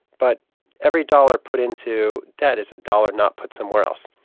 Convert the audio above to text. but every dollar put into debt is a dollar not put somewhere else.